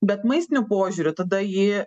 bet maistiniu požiūriu tada jį